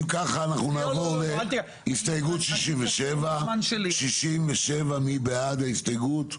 אם ככה אנחנו נעבור להסתייגות 67. מי בעד ההסתייגות?